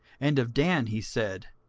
and of dan he said,